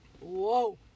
Whoa